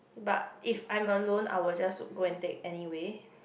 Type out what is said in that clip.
but if I'm alone I will just go and take anyway